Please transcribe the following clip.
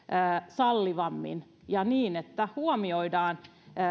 sallivammin ja niin että huomioidaan